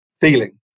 feeling